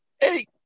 Eight